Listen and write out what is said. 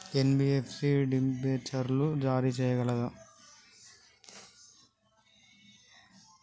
NBFC డిబెంచర్లు జారీ చేయగలదా?